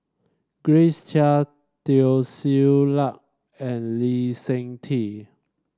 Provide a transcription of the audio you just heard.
Grace Chia Teo Ser Luck and Lee Seng Tee